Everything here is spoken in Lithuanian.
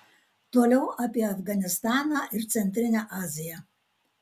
toliau apie afganistaną ir centrinę aziją